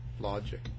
logic